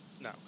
no